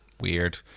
weird